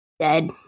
dead